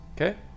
Okay